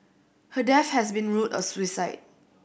her death has been ruled a suicide